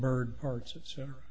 bird parts o